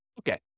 Okay